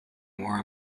more